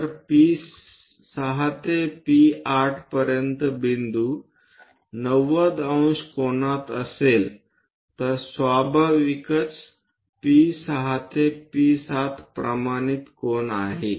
जर P6 ते P8 पर्यंत बिंदू 90° कोनात असेल तर स्वाभाविकच P6 ते P7 प्रमाणित कोन आहे